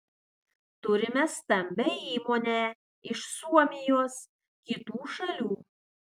turime stambią įmonę iš suomijos kitų šalių